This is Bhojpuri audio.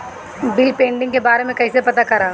बिल पेंडींग के बारे में कईसे पता करब?